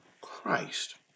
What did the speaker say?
Christ